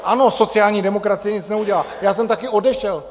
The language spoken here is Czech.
Ano, sociální demokracie nic neudělá, já jsem taky odešel.